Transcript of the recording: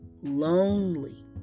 lonely